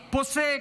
פוסק,